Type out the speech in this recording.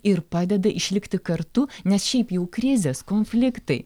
ir padeda išlikti kartu nes šiaip jau krizės konfliktai